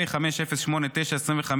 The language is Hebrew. פ/5089/25,